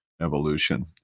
evolution